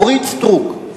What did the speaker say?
אורית סטרוק,